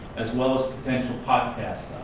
as well as potential podcasts.